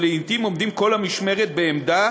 שלעתים עומדים במשך כל המשמרת בעמדה